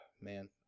Man